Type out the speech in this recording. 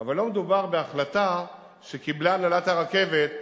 אבל לא מדובר בהחלטה שקיבלה הנהלת הרכבת,